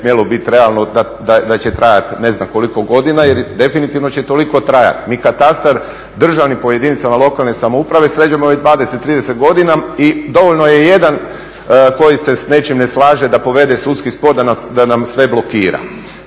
smjelo biti realno da će trajati ne znam koliko godina, jer definitivno će toliko trajati. Mi katastar državni po jedinicama lokalne samouprave sređujemo već 20, 30 godina i dovoljno je jedan koji se s nečim ne slaže da povede sudski spor da nam sve blokira.